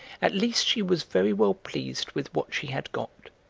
at least she was very well pleased with what she had got.